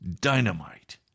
dynamite